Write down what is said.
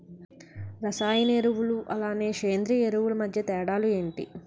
రసాయన ఎరువులు అలానే సేంద్రీయ ఎరువులు మధ్య తేడాలు ఏంటి?